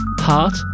Heart